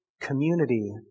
community